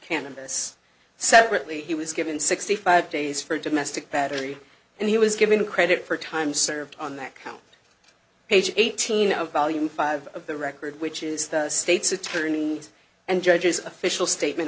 cannabis separately he was given sixty five days for domestic battery and he was given credit for time served on that count page eighteen of volume five of the record which is the state's attorneys and judges official statement